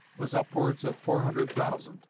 was upwards of four hundred thousand